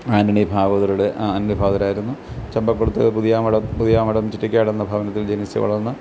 ആന്റണി ഭാഗവതരുടെ ആന്റണി ഭാഗവതരായിരുന്നു ചമ്പക്കുളത്ത് പുതിയാമഠം പുതിയാമഠം ചിറ്റിക്കാടെന്ന ഭവനത്തിൽ ജനിച്ചു വളർന്ന